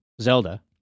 Zelda